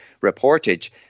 reportage